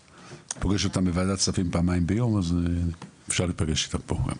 אני פוגש אותם בוועדת כספים פעמיים ביום אז אפשר להיפגש איתם פה גם,